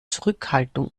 zurückhaltung